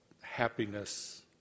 happiness